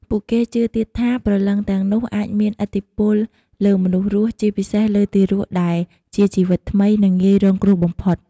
ពួកគេជឿទៀតថា ព្រលឹងទាំងនោះអាចមានឥទ្ធិពលលើមនុស្សរស់ ជាពិសេសលើទារកដែលជាជីវិតថ្មី និងងាយរងគ្រោះបំផុត។